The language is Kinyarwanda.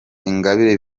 ingabire